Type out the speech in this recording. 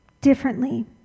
differently